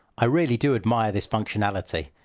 i really do admire this functionality.